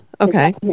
okay